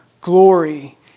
Glory